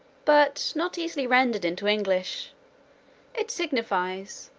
but not easily rendered into english it signifies,